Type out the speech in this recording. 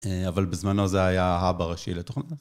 אבל בזמנו זה היה ההאב הראשי לתוכנית.